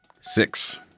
Six